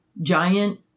Giant